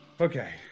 Okay